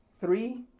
three